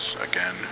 again